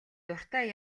дуртай